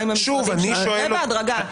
זה בהדרגה.